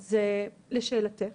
אז לשאלתך,